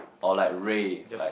or like Ray like